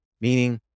meaning